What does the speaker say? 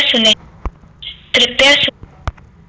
क्या हम किसी यू.पी.आई आई.डी को स्कैन करके पैसे भेज सकते हैं?